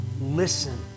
listen